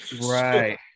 right